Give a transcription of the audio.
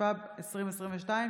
התשפ"ב 2022,